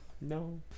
No